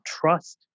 trust